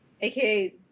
aka